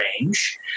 range